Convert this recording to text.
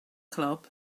club